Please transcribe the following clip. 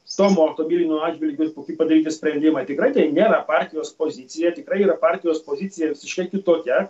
tomo tomilino atžvilgiu ir kokie padaryti sprendimai tikrai tai nėra partijos pozicija tikrai yra partijos pozicija visiškai kitokia